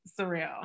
surreal